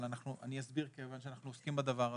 אבל אני אסביר כיוון שאנחנו עוסקים בדבר הזה,